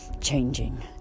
Changing